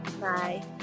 bye